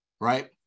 right